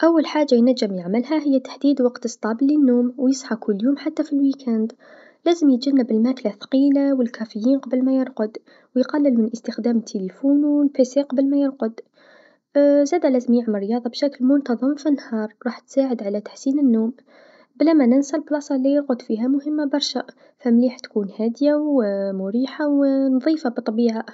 أول حاجه ينجم يعملها هي تحديد وقت ثابث للنوم و يصحى كل يوم حتى في العطله الأسبوعيه، لازم يتجنب الماكله الثقيله و الكافيين قبل ما يرقد و يقلل من إستخدام الهاتف و الحاسوب قبل ما يرقد أيضا لازم يعمل رياضه بشكل منتظم في النهار، راح تساعد على تحسين النوم، بلا مننسى البلاصه ليرقد فيها مهمه برشا، فمليح تكون هاديه و مريحه و نظيفه بالطبيعه.